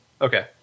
Okay